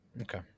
Okay